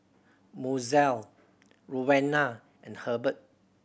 Mozelle Rowena and Hurbert